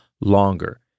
longer